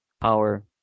power